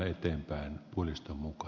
arvoisa herra puhemies